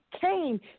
came